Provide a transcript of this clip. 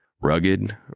Rugged